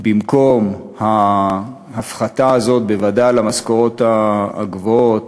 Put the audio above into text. במקום ההפחתה הזאת, בוודאי למשכורות הגבוהות,